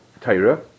Taira